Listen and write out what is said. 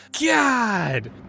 God